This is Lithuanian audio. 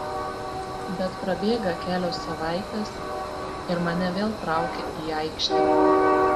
bet prabėga kelios savaitės ir mane vėl traukia į aikštę